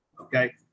Okay